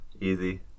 easy